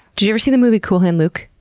did you ever see the movie cool hand luke?